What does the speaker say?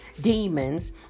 demons